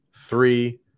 three